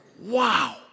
Wow